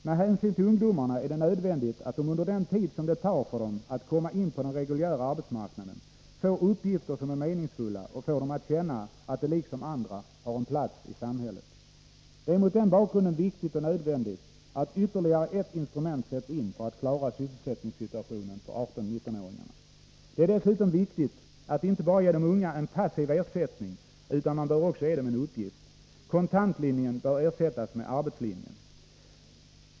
Med hänsyn till ungdomarna är det nödvändigt att de under den tid som det tar för dem att komma in på den reguljära arbetsmarknaden får uppgifter som är meningsfulla och får dem att känna att de liksom andra har en plats i samhället. Det är mot den bakgrunden viktigt och nödvändigt att ytterligare ett instrument sätts in för att klara sysselsättningssituationen för 18-19-åringarna. Det är dessutom viktigt att inte bara passivt ge de unga en ersättning utan man bör också ge dem en uppgift. Kontantlinjen bör ersättas med arbetslinjen.